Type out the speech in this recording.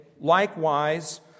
Likewise